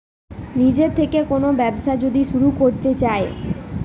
নিজের থেকে কোন ব্যবসা যদি শুরু করতে চাই